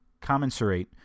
...commensurate